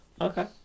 Okay